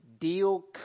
deal